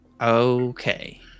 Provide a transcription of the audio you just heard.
Okay